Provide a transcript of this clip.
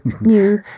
new